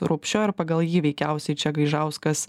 rupšio ir pagal jį veikiausiai čia gaižauskas